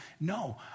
No